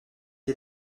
est